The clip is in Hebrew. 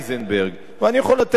ואני יכול לתת עוד דוגמאות.